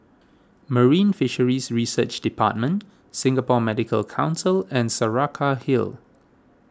Marine Fisheries Research Department Singapore Medical Council and Saraca Hill